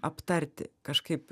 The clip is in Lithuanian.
aptarti kažkaip